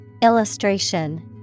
Illustration